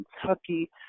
Kentucky